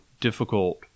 difficult